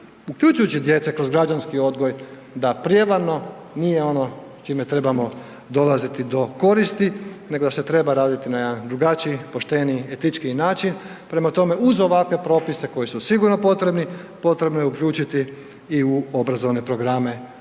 uključujući djecu kroz građanski odgoj da prijevarno nije ono čime trebamo dolaziti do koristi nego da se treba raditi na jedan drugačiji, pošteniji, etičkiji način. Prema tome, uz ovakve propise koji su sigurno potrebni, potrebno je uključiti i u obrazovne programe